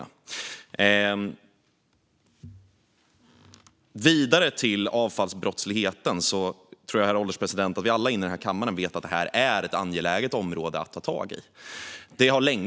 Jag går vidare till avfallsbrottsligheten, herr ålderspresident. Jag tror att vi alla i denna kammare vet att detta är ett angeläget område att ta tag i.